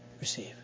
Receive